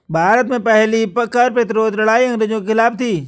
भारत में पहली कर प्रतिरोध लड़ाई अंग्रेजों के खिलाफ थी